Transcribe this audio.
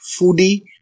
foodie